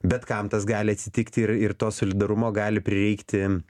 bet kam tas gali atsitikti ir ir to solidarumo gali prireikti